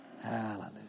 Hallelujah